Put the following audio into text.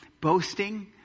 boasting